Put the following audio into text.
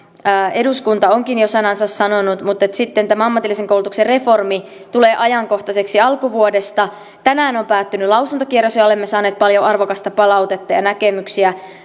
eduskunta onkin jo sanansa sanonut mutta sitten tämä ammatillisen koulutuksen reformi tulee ajankohtaiseksi alkuvuodesta tänään on päättynyt lausuntokierros ja olemme saaneet paljon arvokasta palautetta ja näkemyksiä